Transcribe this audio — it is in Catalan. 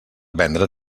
vendre